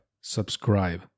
subscribe